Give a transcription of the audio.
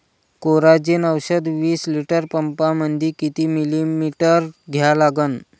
Coragen औषध विस litre पंपामंदी किती मिलीमिटर घ्या लागन?